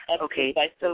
Okay